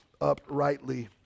uprightly